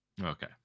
Okay